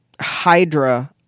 hydra